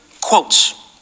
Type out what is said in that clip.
quotes